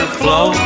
flow